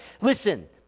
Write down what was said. listen